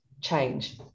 change